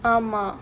ஆமா:aamaa